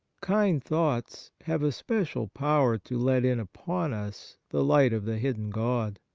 kind thoughts have a special power to let in upon us the light of the hidden god.